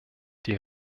die